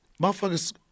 motherfuckers